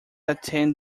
attend